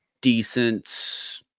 decent